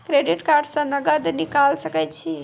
Credit card से नगद निकाल सके छी?